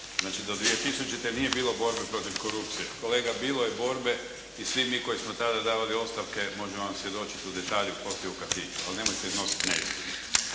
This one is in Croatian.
znači do 2000. nije bilo borbe protiv korupcije. Kolega bilo je borbe i svi mi koji smo tada davali ostavke, može vam svjedočiti o detalju poslije u kafiću. Ali nemojte iznositi